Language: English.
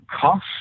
cost